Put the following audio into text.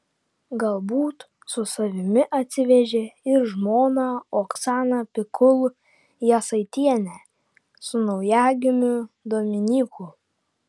galbūt su savimi atsivežė ir žmoną oksaną pikul jasaitienę su naujagimiu dominyku